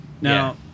Now